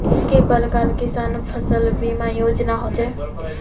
के प्रकार किसान फसल बीमा योजना सोचें?